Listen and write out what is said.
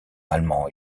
allemand